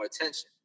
attention